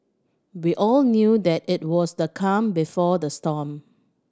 we all knew that it was the calm before the storm